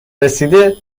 رسیده